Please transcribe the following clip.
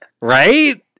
Right